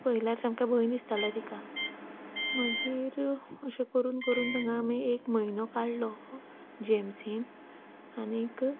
पयल्यार सामकें भंय दिसतालें तिका मागीर अशें करून करून तिंगा आमी एक म्हयनो काडलो जी एम सींत आनीक